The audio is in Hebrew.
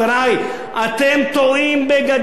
אתם טועים בגדול.